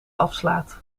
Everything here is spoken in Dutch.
afslaat